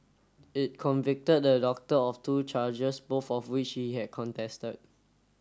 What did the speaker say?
it convicted the doctor of two charges both of which he had contested